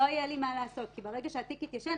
לא יהיה לי מה לעשות כי ברגע שהתיק התיישן,